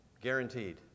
guaranteed